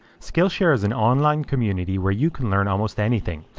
skillshare is an online community where you can learn almost anything,